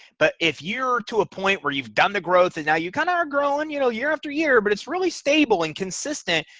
but if you're to a point where you've done the growth and now you're kind of growing you know year after year. but it's really stable and consistent.